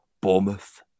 Bournemouth